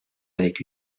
avec